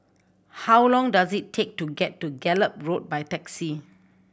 how long does it take to get to Gallop Road by taxi